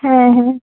হ্যাঁ হ্যাঁ